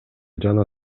жана